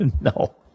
No